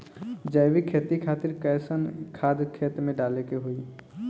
जैविक खेती खातिर कैसन खाद खेत मे डाले के होई?